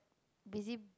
busy